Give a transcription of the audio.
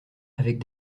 avec